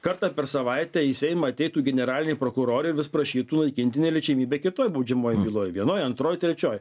kartą per savaitę į seimą ateitų generalinė prokurorė vis prašytų naikinti neliečiamybę kitoj baudžiamojoj byloj vienoj antroj trečioj